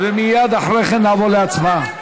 ומייד אחרי כן נעבור להצבעה.